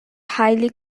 highly